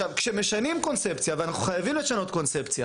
כשמשנים קונספציה, ואנחנו חייבים לשנות קונספציה